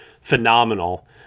phenomenal